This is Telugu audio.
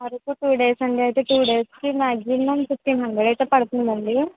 అరకు టూ డేస్ అండి అయితే టూ డేస్కి మాక్సిమం ఫిఫ్టీన్ హండ్రెడ్ అయితే పడతుంది అండి